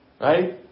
Right